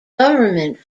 government